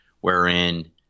wherein